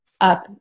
up